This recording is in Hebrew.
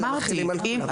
אמרתי.